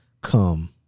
come